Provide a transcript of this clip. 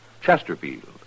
Chesterfield